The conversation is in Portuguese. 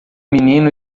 menino